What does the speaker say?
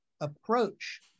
approach